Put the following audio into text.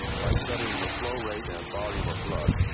by studying the flow rate and volume of blood,